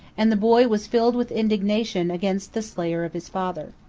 and the boy was filled with indignation against the slayer of his father.